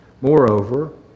Moreover